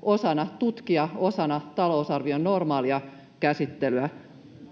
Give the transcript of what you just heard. tuoda, tutkia osana talousarvion normaalia käsittelyä.